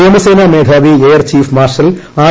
വ്യോമസേനാ മേധാവി air chief marshal R